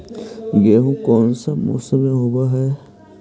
गेहूमा कौन मौसम में होब है?